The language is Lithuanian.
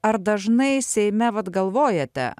ar dažnai seime vat galvojate